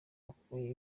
bakuye